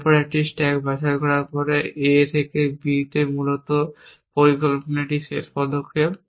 এর পরে একটি স্ট্যাক বাছাই করার পরে A থেকে B তে এটি মূলত পরিকল্পনার একটি শেষ পদক্ষেপ